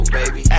baby